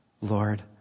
Lord